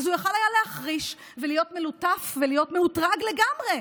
אז הוא יכול היה להחריש ולהיות מלוטף ולהיות מאותרג לגמרי.